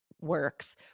works